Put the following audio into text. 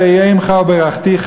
ואהיה עמך ואברכך,